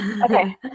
Okay